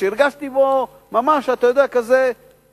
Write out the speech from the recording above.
שהרגשתי בו ממש עלא כיפאק,